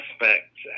aspects